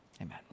Amen